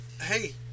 Hey